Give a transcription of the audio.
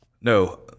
No